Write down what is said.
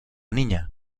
niña